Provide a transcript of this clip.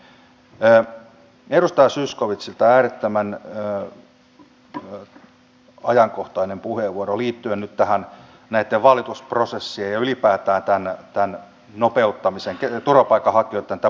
edustaja zyskowiczilla oli äärettömän ajankohtainen puheenvuoro liittyen nyt näitten valitusprosessien ja ylipäätään turvapaikanhakijoitten prosessin nopeuttamiseen